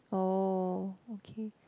oh okay